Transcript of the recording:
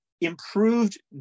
improved